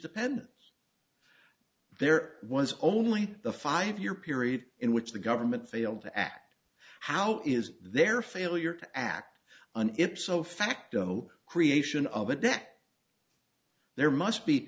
dependents there was only the five year period in which the government failed to act how is their failure to act and if so facto creation of a debt there must be